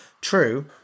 True